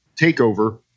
takeover